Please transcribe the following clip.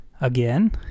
again